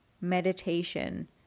meditation